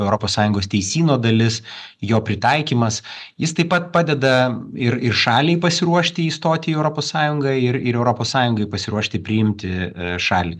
europos sąjungos teisyno dalis jo pritaikymas jis taip pat padeda ir ir šaliai pasiruošti įstoti į europos sąjungą ir ir europos sąjungai pasiruošti priimti šalį